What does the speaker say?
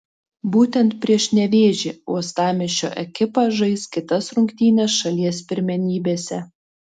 būtent prieš nevėžį uostamiesčio ekipa žais kitas rungtynes šalies pirmenybėse